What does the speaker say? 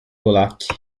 polacchi